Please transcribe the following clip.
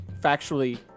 factually